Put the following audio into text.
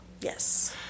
Yes